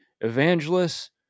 evangelists